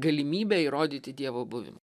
galimybe įrodyti dievo buvim